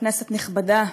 כנסת נכבדה,